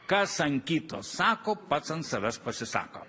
kas an kito sako pats ant savęs pasisako